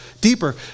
deeper